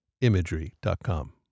imagery.com